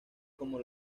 como